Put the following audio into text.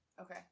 Okay